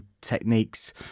techniques